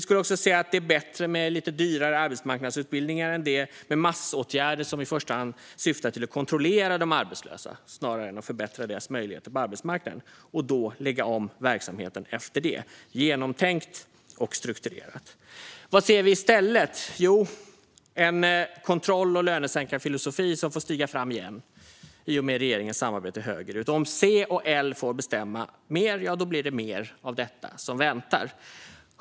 Det är bättre med lite dyrare arbetsmarknadsutbildningar än de massåtgärder som i första hand syftar till att kontrollera de arbetslösa snarare än till att förbättra deras möjligheter på arbetsmarknaden, och därmed bör verksamheten läggas om på ett genomtänkt och strukturerat sätt. Vad ser vi i stället? Jo, en kontroll och lönesänkarfilosofi som får stiga fram igen i och med regeringens samarbete högerut. Om C och L får bestämma mer blir det mer av detta som väntar.